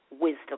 wisdom